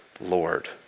Lord